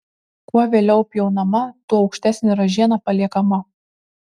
kuo vėliau pjaunama tuo aukštesnė ražiena paliekama